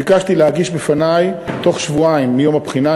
ביקשתי להגיש בפני בתוך שלושה שבועות מיום הבחינה,